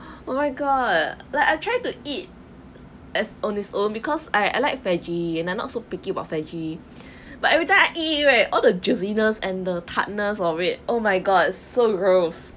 oh my god like I try to eat as own its own because I I like veggie and I'm not so picky about veggie but every time I eat it right all the juiciness and the of it oh my god so gross